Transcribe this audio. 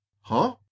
Huh